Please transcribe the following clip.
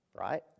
Right